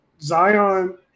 Zion –